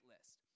list